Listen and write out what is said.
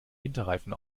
winterreifen